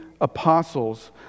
apostles